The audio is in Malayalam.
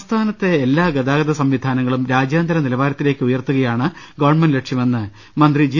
സംസ്ഥാനത്തെ എല്ലാ ഗതാഗത സംവിധാനങ്ങളും രാജ്യാന്തര നിലവാരത്തിലേക്ക് ഉയർത്തുകയാണ് ഗവൺമെൻറിന്റെ ലക്ഷ്യമെന്ന് മന്ത്രി ജി